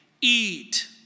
eat